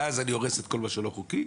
ואז אני הורס את כל מה שלא חוקי,